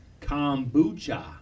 Kombucha